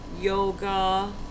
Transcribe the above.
Yoga